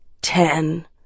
ten